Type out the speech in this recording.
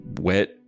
wet